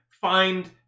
find